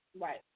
Right